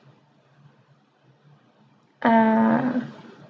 err